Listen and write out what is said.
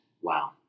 Wow